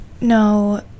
No